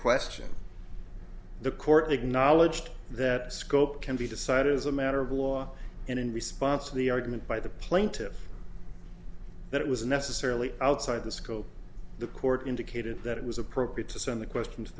question the court acknowledged that scope can be decided as a matter of law and in response to the argument by the plaintive that it was necessarily outside the scope the court indicated that it was appropriate to send the question to